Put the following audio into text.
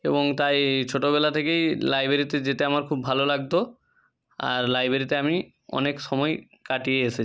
এবং তাই ছোটোবেলা থেকেই লাইব্ৰেরিতে যেতে আমার খুব ভালো লাগতো আর লাইব্ৰেরিতে আমি অনেক সময় কাটিয়ে এসেছি